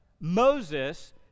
Moses